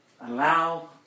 Allow